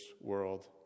world